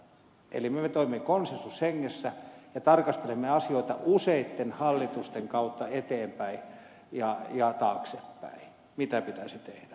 eli me toimimme konsensushengessä ja tarkastelemme asioita useitten hallitusten kautta eteenpäin ja taaksepäin mitä pitäisi tehdä